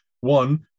One